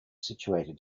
situated